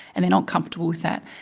and they're not comfortable with that.